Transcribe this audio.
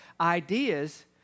ideas